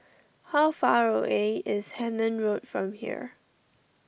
how far away is Hemmant Road from here